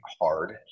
hard